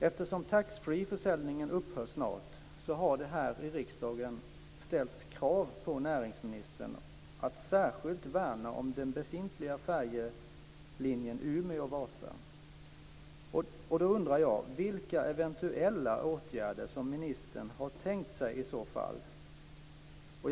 Eftersom taxfreeförsäljningen upphör snart har det här i riksdagen ställts krav på näringsministern att särskilt värna om den befintliga färjelinjen Umeå Vasa. Då undrar jag vilka eventuella åtgärder ministern i så fall har tänkt sig.